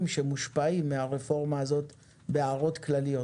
שמושפעים מהרפורמה הזו בהערות כלליות.